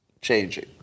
changing